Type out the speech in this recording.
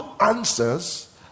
answers